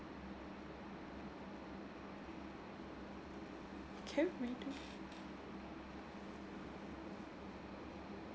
okay really